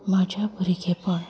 म्हाज्या भुरगेंपण